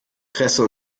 kresse